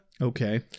Okay